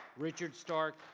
richard stark